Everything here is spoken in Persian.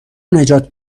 نجات